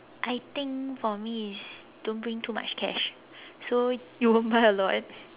I think for me is don't bring too much cash so you won't buy a lot